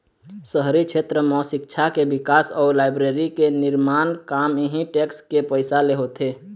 शहरी छेत्र म सिक्छा के बिकास अउ लाइब्रेरी के निरमान काम इहीं टेक्स के पइसा ले होथे